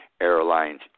airlines